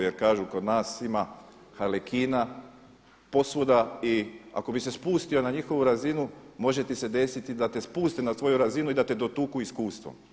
Jer kažu kod nas ima … posvuda i ako bi se spustio na njihovu razinu može ti se desiti da te spuste na tvoju razinu i da te dotuku iskustvom.